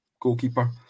goalkeeper